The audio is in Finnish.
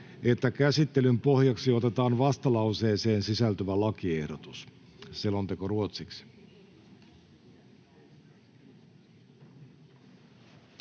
että käsittelyn pohjaksi otetaan vastalauseeseen sisältyvät lakiehdotukset. — Selonteko ruotsiksi.